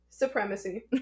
Supremacy